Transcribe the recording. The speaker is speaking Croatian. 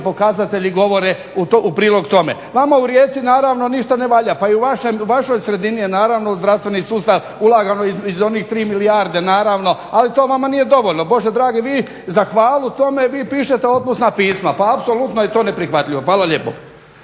pokazatelji govore u prilog tome. Vama u Rijeci ništa ne valja, pa i u vašoj sredini je naravno ulagano u zdravstveni sustav, iz onih 3 milijarde naravno, to vama nije dovoljno, za hvalu tome vi pišete otpusna pisma, pa apsolutno je to neprihvatljivo. Hvala lijepo.